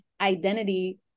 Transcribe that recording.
identity